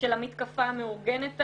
המתקפה המאורגנת עליה,